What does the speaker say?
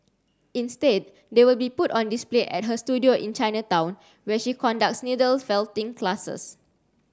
instead they will be put on display at her studio in Chinatown where she conducts needle felting classes